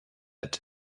pit